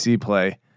play